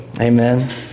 Amen